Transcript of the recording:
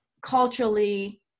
culturally